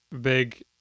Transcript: big